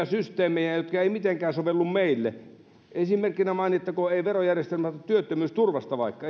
systeemejä jotka eivät mitenkään sovellu meille esimerkkinä mainittakoon ei verojärjestelmästä vaan työttömyysturvasta vaikka